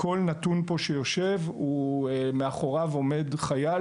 כל נתון שיושב פה מאחוריו עומד חייל